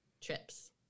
trips